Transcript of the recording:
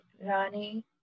Rani